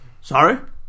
sorry